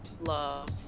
love